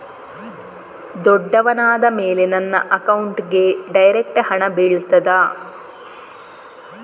ದೊಡ್ಡವನಾದ ಮೇಲೆ ನನ್ನ ಅಕೌಂಟ್ಗೆ ಡೈರೆಕ್ಟ್ ಹಣ ಬೀಳ್ತದಾ?